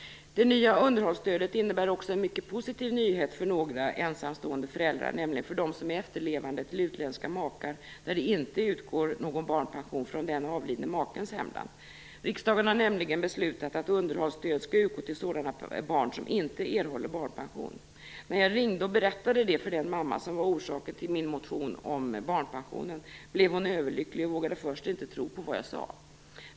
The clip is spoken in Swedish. Det nya underhållsstödet innebär också en mycket positiv nyhet för några ensamstående föräldrar, nämligen för dem som är efterlevande till utländska makar där det inte utgår någon barnpension från den avlidne makens hemland. Riksdagen har nämligen beslutat att underhållsstöd skall utgå till sådana barn som inte erhåller barnpension. När jag ringde och berättade det för den mamma som var orsaken till min motion om barnpensionen, blev hon överlycklig och vågade först inte tro på vad jag sade.